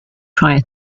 prior